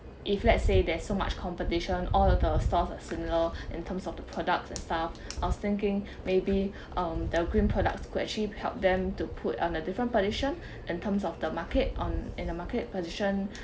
if let's say there's so much competition all of the stores are similar in terms of the products and stuff I was thinking maybe um the green products could actually help them to put on a different position in terms of the market on in the market position